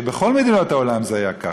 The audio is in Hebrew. בכל מדינות העולם זה היה ככה.